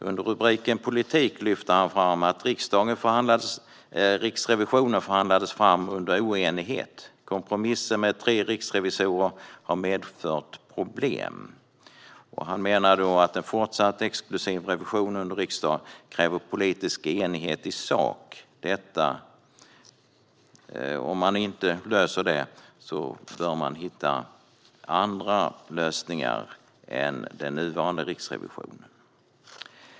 Under punkten politik lyfter han fram att Riksrevisionen förhandlades fram under oenighet. Kompromissen med tre riksrevisorer har medfört problem. Han menar att en fortsatt exklusiv revision under riksdagen kräver politisk enighet i sak. Om man inte löser det bör man hitta andra lösningar än den nuvarande Riksrevisionen.